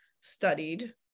studied